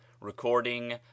recording